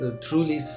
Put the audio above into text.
truly